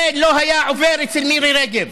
זה לא היה עובר אצל מירי רגב.